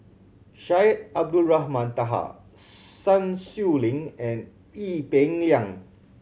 Syed Abdulrahman Taha Sun Xueling and Ee Peng Liang